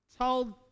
told